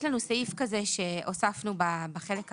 יש לנו סעיף שהוספנו בחלק הראשון,